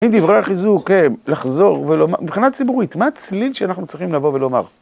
אם דברי החיזוק, לחזור ולומר, מבחינת ציבורית, מה הצליל שאנחנו צריכים לבוא ולומר?